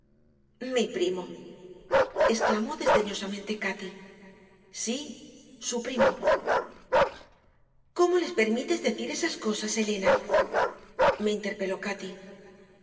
mi primo exclamó desdeñosamente cati sí su primo cómo les permites decir esas cosas elena me interpeló cati